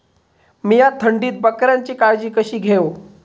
मीया थंडीत बकऱ्यांची काळजी कशी घेव?